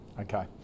Okay